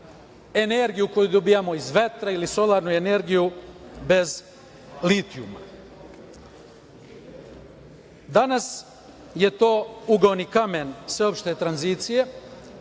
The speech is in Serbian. energiju koju dobijamo iz vetra i solarnu energiju bez litijuma. Danas je to ugaoni kamen sveopšte tranzicije